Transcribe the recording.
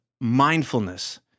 mindfulness